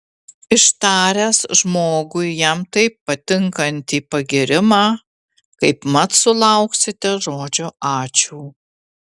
ištaręs žmogui jam taip patinkantį pagyrimą kaipmat sulauksite žodžio ačiū